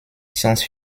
science